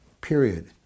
period